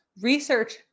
Research